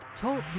Talk